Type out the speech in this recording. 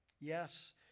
Yes